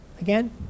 Again